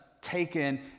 taken